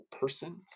person